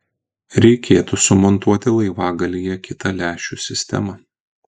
reikėtų sumontuoti laivagalyje kitą lęšių sistemą